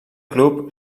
club